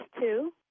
two